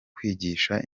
kwigisha